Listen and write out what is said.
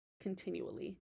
continually